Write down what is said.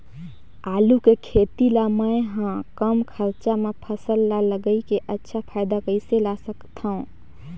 आलू के खेती ला मै ह कम खरचा मा फसल ला लगई के अच्छा फायदा कइसे ला सकथव?